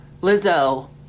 Lizzo